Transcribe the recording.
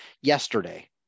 yesterday